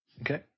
okay